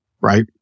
right